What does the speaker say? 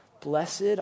Blessed